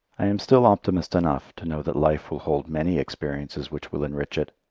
i am still optimist enough to know that life will hold many experiences which will enrich it,